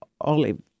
olive